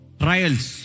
trials